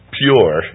pure